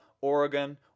Oregon